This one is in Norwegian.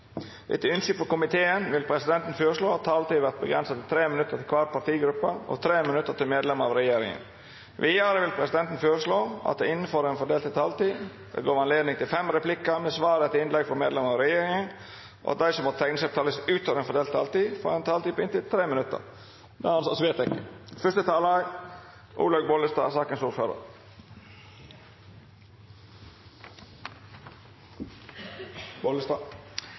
Etter ønske fra helse- og omsorgskomiteen vil presidenten foreslå at taletiden blir begrenset til 5 minutter til hver partigruppe og 5 minutter til medlemmer av regjeringen. Videre vil presidenten foreslå at det – innenfor den fordelte taletid – blir gitt anledning til fem replikker med svar etter innlegg fra medlemmer av regjeringen, og at de som måtte tegne seg på talerlisten utover den fordelte taletid, får en taletid på inntil 3 minutter. – Det